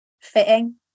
fitting